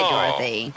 Dorothy